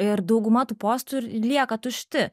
ir dauguma tų postų ir lieka tušti